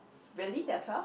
really there're twelve